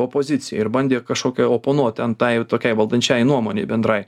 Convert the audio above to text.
opoziciją ir bandė kažkokią oponuot ten tai tokiai valdančiajai nuomonei bendrai